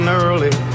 early